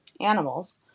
animals